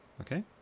Okay